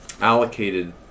allocated